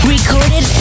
Recorded